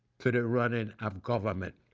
to the running of government,